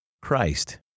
Christ